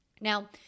Now